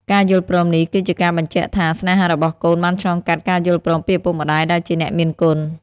ការយល់ព្រមនេះគឺជាការបញ្ជាក់ថា ស្នេហារបស់កូនបានឆ្លងកាត់ការយល់ព្រមពីឪពុកម្ដាយដែលជាអ្នកមានគុណ។